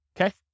Okay